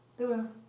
there were